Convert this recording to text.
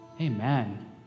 Amen